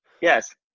Yes